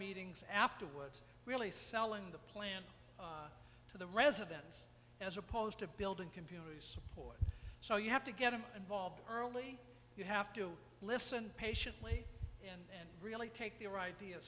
meetings afterwards really selling the plan to the residents as opposed to building computers so you have to get them involved early you have to listen patiently and really take their ideas